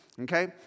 Okay